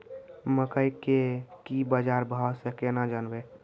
मकई के की बाजार भाव से केना जानवे?